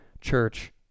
church